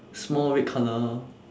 small red colour